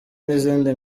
n’izindi